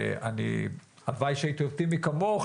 והלוואי שהייתי אופטימי כמוך,